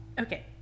Okay